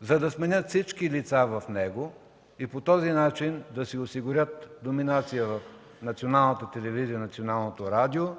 за да сменят всички лица в него и по този начин да си осигурят номинация в Националната телевизия и Националното радио,